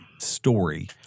story